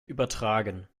übertragen